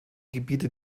gebiete